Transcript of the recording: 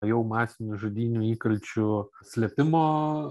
jau masinių žudynių įkalčių slėpimo